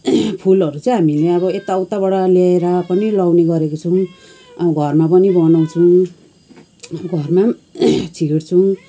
फुलहरू चाहिँ हामीले अब यताउताबाट ल्याएर पनि लाउने गरेको छौँ घरमा पनि बनाउँछौँ घरमा पनि सिहार्छौँ